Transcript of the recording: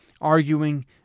arguing